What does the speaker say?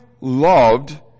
loved